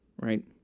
right